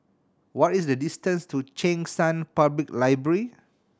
what is the distance to Cheng San Public Library